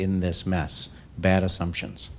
in this mess bad assumptions